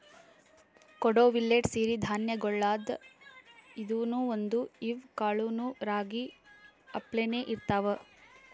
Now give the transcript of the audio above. ಕೊಡೊ ಮಿಲ್ಲೆಟ್ ಸಿರಿ ಧಾನ್ಯಗೊಳ್ದಾಗ್ ಇದೂನು ಒಂದು, ಇವ್ ಕಾಳನೂ ರಾಗಿ ಅಪ್ಲೇನೇ ಇರ್ತಾವ